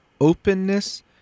openness